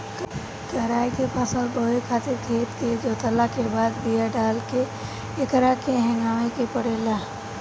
कराई के फसल बोए खातिर खेत के जोतला के बाद बिया डाल के एकरा के हेगावे के पड़ेला